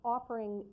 Offering